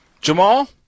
Jamal